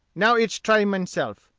now ich try menself.